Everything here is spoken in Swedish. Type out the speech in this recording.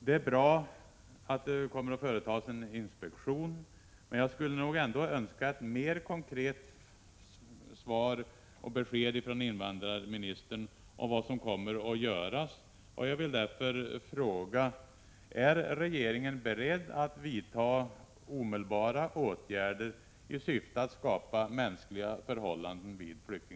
Det är bra att det kommer att företas en inspektion, men jag skulle ändå önska ett mer konkret besked från invandrarministern om vad som kommer att göras. Jag vill därför fråga: Är regeringen beredd att företa en översyn av förhållandena vid flyktingförläggningarna i syfte att skapa mänskliga förhållanden?